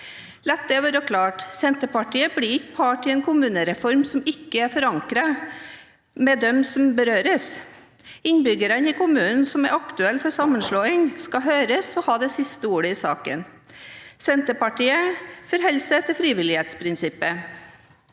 La det være klart: Senterpartiet blir ikke part i en kommunereform som ikke er forankret hos dem som berøres. Innbyggerne i kommuner som er aktuelle for sammenslutning, skal høres og ha det siste ordet i saken. Senterpartiet forholder seg til frivillighetsprinsippet.